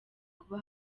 kuba